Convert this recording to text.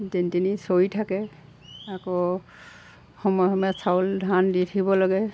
যেনি তেনি চৰি থাকে আকৌ সময় সময়ে চাউল ধান দি থাকিব লাগে